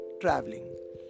traveling